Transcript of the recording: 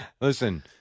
Listen